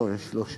לא, יש שלושה.